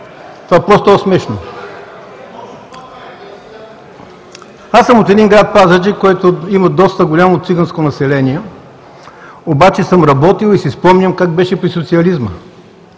Това просто е смешно. Аз съм от град Пазарджик, където има доста голямо циганско население, обаче съм работил и си спомням как беше при социализма.